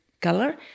color